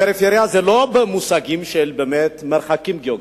פריפריה זה לא באמת במושגים של מרחקים גיאוגרפיים.